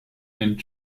and